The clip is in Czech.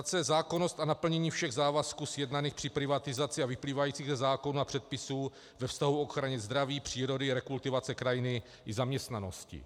c) Zákonnost a naplnění všech závazků sjednaných při privatizaci a vyplývajících ze zákonů a předpisů ve vztahu k ochraně zdraví, přírody, rekultivace krajiny i zaměstnanosti.